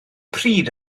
pryd